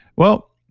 well,